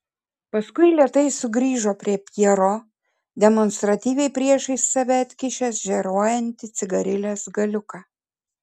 paskui lėtai sugrįžo prie pjero demonstratyviai priešais save atkišęs žėruojantį cigarilės galiuką